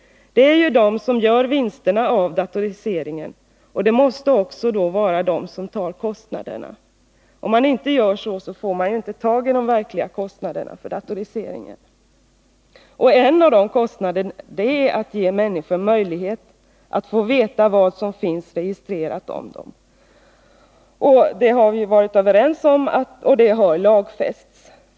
Det är ju dessa som gör vinsterna av datoriseringen, och det måste då vara de som också tar kostnaderna. Om vi inte gör så, får vi inte tag på de verkliga kostnaderna för datoriseringen. En av dessa kostnader förorsakas av att människorna skall ha möjligheter att få veta vad som finns registrerat om dem. Dessa möjligheter har vi alla varit överens om, och de har lagfästs.